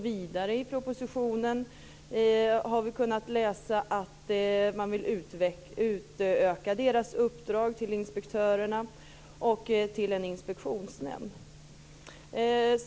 Vidare har vi kunnat läsa i propositionen att man vill utöka uppdraget till inspektörerna och till en inspektionsnämnd.